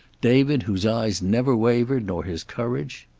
david, whose eyes never wavered, nor his courage!